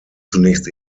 zunächst